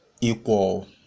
equal